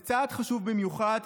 זה צעד חשוב במיוחד,